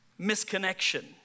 misconnection